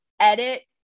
edit